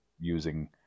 using